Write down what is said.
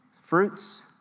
fruits